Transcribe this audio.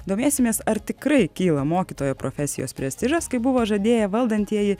domėsimės ar tikrai kyla mokytojo profesijos prestižas kaip buvo žadėję valdantieji